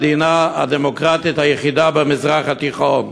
המדינה הדמוקרטית היחידה במזרח התיכון,